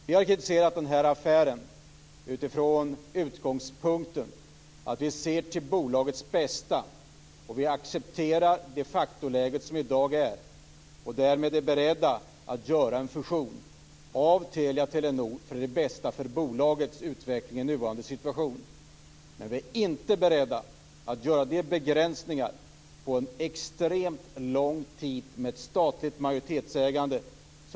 Vi har kritiserat affären utifrån utgångspunkten att vi ser till bolagets bästa. Vi accepterar det faktiska läget i dag och är därmed beredda att godkänna en fusion mellan Telia och Telenor. Det är det bästa för bolagets utveckling i nuvarande situation. Vi är inte beredda att godkänna de begränsningar på extremt lång tid som ett statligt majoritetsägande innebär.